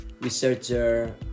researcher